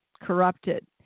corrupted